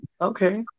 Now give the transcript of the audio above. Okay